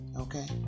okay